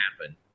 happen